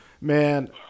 Man